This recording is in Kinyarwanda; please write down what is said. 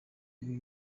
ibi